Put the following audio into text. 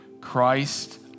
Christ